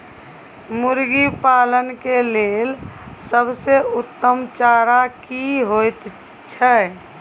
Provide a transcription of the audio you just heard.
मुर्गी पालन के लेल सबसे उत्तम चारा की होयत छै?